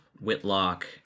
Whitlock